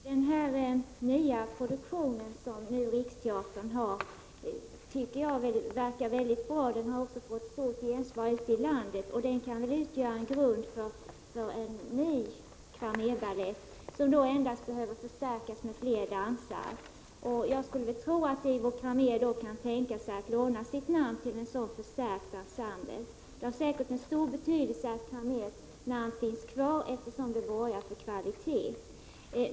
Herr talman! Den nya produktion som Riksteatern har tycker jag verkar 25 april 1986 mycket bra, och den har också fått ett starkt gensvar ute i landet. Den kan väl utgöra grund för en ny Cramérbalett, som då endast behöver förstärkas med fler dansare. Jag skulle väl tro att Ivo Cramér då skulle kunna tänka sig att låna sitt namn till en på det sättet förstärkt ensemble. Det har säkerligen stor betydelse att Cramérs namn finns kvar, eftersom det borgar för kvalitet.